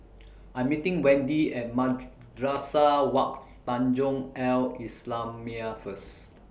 I'm meeting Wendi At Madrasah Wak Tanjong Al Islamiah First